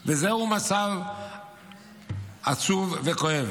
זהו מצב עצוב וכואב,